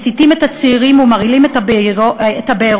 מסיתים את הצעירים ומרעילים את הבארות